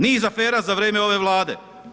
Niz afera za vrijeme ove Vlade.